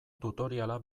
tutoriala